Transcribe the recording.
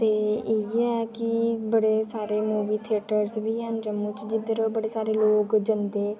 ते इ'यै की बड़े सारे मुवीज़ थेटर बी है'न जेद्धर ओह् बड़े सारे लोक जंदे